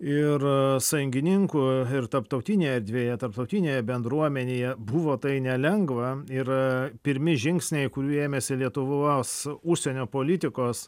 ir sąjungininkų ir tarptautinėje erdvėje tarptautinėje bendruomenėje buvo tai nelengva yra pirmi žingsniai kurių ėmėsi lietuvos užsienio politikos